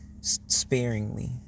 sparingly